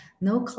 No